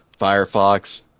Firefox